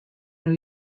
new